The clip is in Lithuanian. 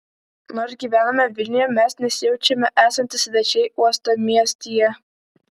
nors gyvename vilniuje mes nesijaučiame esantys svečiai uostamiestyje